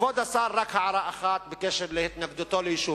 כבוד השר, רק הערה אחת בקשר להתנגדותו ליישוב.